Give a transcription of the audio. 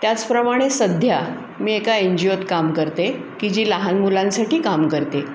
त्याचप्रमाणे सध्या मी एका एन जी ओत काम करते की जी लहान मुलांसाठी काम करते